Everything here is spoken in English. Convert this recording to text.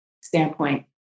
standpoint